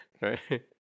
Right